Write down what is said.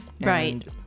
right